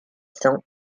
cents